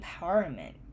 empowerment